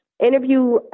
interview